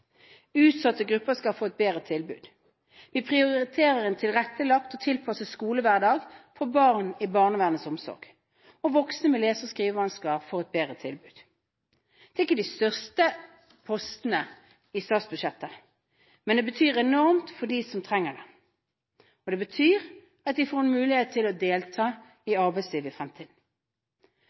Utsatte grupper skal få et bedre tilbud. Vi prioriterer en tilrettelagt og tilpasset skolehverdag for barn i barnevernets omsorg, og voksne med lese- og skrivevansker får et bedre tilbud. Det er ikke de største postene i statsbudsjettet, men det betyr enormt for dem som trenger det, for det betyr at de får en mulighet til å delta i arbeidslivet i fremtiden.